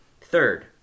Third